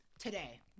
Today